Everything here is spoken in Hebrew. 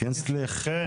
משהו קרה